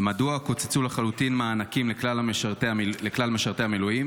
1. מדוע קוצצו לחלוטין מענקים לכלל משרתי המילואים?